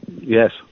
Yes